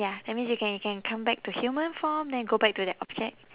ya that means you can you can come back to human form then go back to that object